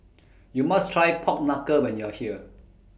YOU must Try Pork Knuckle when YOU Are here